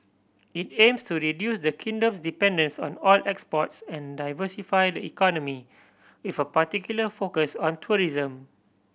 it aims to reduce the kingdom's dependence on oil exports and diversify the economy with a particular focus on tourism